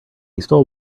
stole